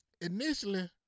Initially